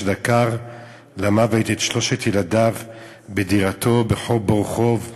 שדקר למוות את שלושת ילדיו בדירתו ברחוב בורוכוב,